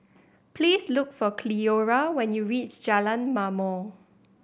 please look for Cleora when you reach Jalan Ma'mor